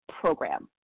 program